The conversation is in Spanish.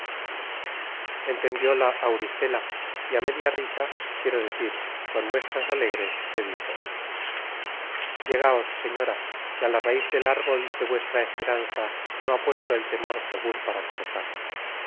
entendióla auristela y á me gaos señora que á la raíz del árbol de vuestra esperanza no ha puesto el temor segur para cortar